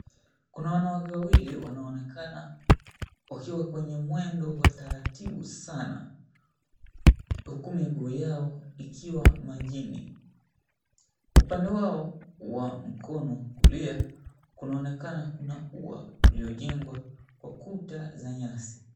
Kuna wanawake wawili wanonekana wakiwa kwenye mwendo wa taratibu sana, huku miguu yao ikiwa majini upnde wao wa mkono wa kulia kunaonekana kuna ua iliyojengwa kwa kuta za nyasi.